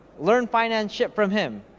learn finance shit from him.